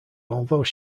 although